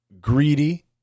greedy